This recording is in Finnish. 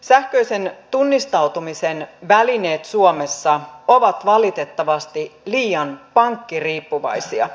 sähköisen tunnistautumisen välineet suomessa ovat valitettavasti liian pankkiriippuvaisia